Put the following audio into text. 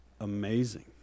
amazing